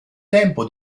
tempo